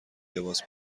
لباس